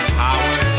power